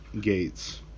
gates